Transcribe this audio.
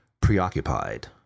preoccupied